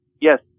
yes